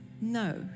No